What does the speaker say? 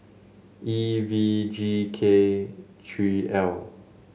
E V G K three L